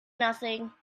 nothing